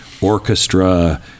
orchestra